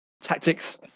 tactics